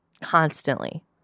constantly